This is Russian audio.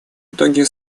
итоге